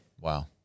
Wow